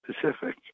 Pacific